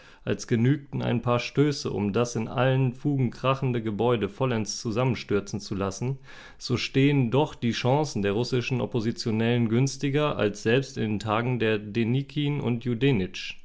als genügten ein paar stöße um das in allen fugen krachende gebäude vollends zusammenstürzen zu lassen so stehen doch die chancen der russischen oppositionellen günstiger als selbst in den tagen der denikin und